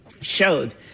showed